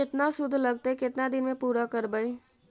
केतना शुद्ध लगतै केतना दिन में पुरा करबैय?